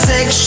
Sex